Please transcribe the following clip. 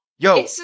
Yo